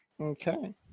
Okay